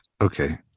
Okay